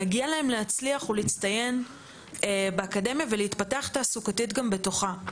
מגיע להם להצליח ולהצטיין באקדמיה ולהתפתח אקדמית בתוכה.